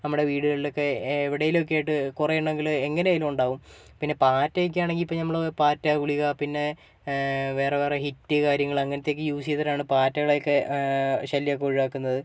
നമ്മുടെ വീടുകളിലൊക്കെ എവിടെയെങ്കിലുമൊക്കെ ആയിട്ട് കുറേയെണ്ണങ്ങൾ എങ്ങനെയെങ്കിലുമൊക്കെ ഉണ്ടാവും പിന്നെ പാറ്റ ഒക്കെയാണെങ്കിൽ ഇപ്പം നമ്മൾ പാറ്റ ഗുളിക പിന്നെ വേറെ വേറെ ഹിറ്റ് കാര്യങ്ങൾ അങ്ങനത്തെ ഒക്കെ യൂസ് ചെയ്തിട്ടാണ് പാറ്റകളെ ഒക്കെ ശല്യമൊക്കെ ഒഴിവാക്കുന്നത്